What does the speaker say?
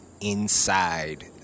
inside